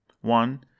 One